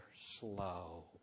slow